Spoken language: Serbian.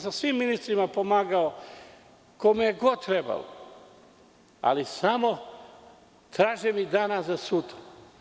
Svim ministrima sam pomagao kome je god trebalo, ali samo mi traže danas za sutra.